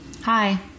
Hi